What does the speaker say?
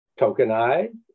tokenized